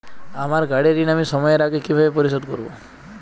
আমার গাড়ির ঋণ আমি সময়ের আগে কিভাবে পরিশোধ করবো?